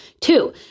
Two